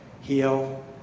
heal